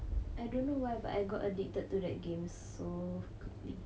I don't know why but I got addicted to the game so quickly